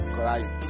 Christ